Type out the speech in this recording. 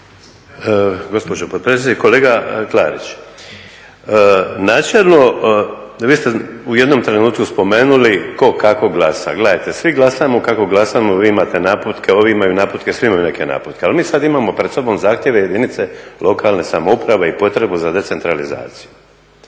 Gospođo potpredsjednice. Kolega Klarić, načelno vi ste u jednom trenutku spomenuli tko kako glasa. Gledajte svi glasamo kako glasamo, vi imate naputke, ovi imaju naputke, svi imamo nekakve naputke. Ali mi sada imamo pred sobom zahtjeve jedinice lokalne samouprave i potrebu za decentralizaciju.